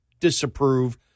disapprove